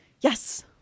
Yes